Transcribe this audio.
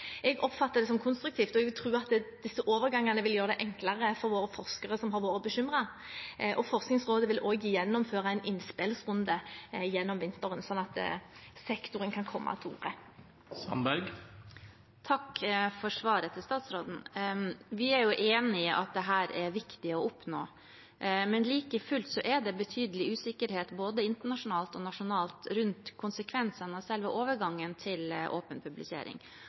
Jeg oppfatter det som konstruktivt, og jeg vil tro at disse overgangene vil gjøre det enklere for våre forskere, som har vært bekymret. Forskningsrådet vil også gjennomføre en innspillsrunde gjennom vinteren, slik at sektoren kan komme til orde. Takk for svaret til statsråden. Vi er enig i at dette er viktig å oppnå, men like fullt er det betydelig usikkerhet både internasjonalt og nasjonalt rundt konsekvensene av selve overgangen til åpen publisering,